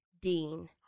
Dean